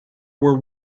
were